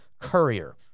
Courier